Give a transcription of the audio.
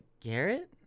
Garrett